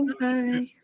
Bye